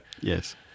yes